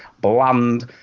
Bland